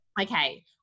Okay